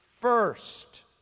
first